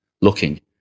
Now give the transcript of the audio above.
looking